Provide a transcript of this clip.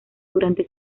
durante